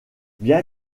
bien